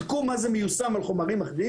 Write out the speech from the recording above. בדקו איך זה מיושם על חומרים אחרים